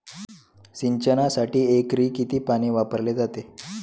सिंचनासाठी एकरी किती पाणी वापरले जाते?